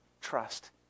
trust